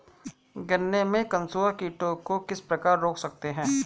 गन्ने में कंसुआ कीटों को किस प्रकार रोक सकते हैं?